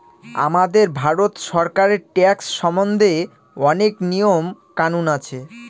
আমাদের ভারত সরকারের ট্যাক্স সম্বন্ধে অনেক নিয়ম কানুন আছে